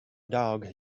dog